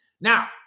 Now